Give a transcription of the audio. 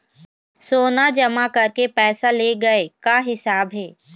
सोना जमा करके पैसा ले गए का हिसाब हे?